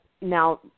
now